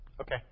Okay